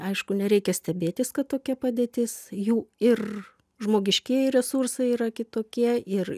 aišku nereikia stebėtis kad tokia padėtis jų ir žmogiškieji resursai yra kitokie ir